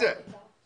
--- בבית חולים.